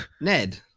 Ned